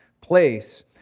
place